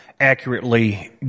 accurately